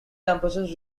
campuses